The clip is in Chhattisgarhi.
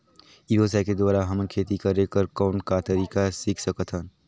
ई व्यवसाय के द्वारा हमन खेती करे कर कौन का तरीका सीख सकत हन?